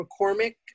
McCormick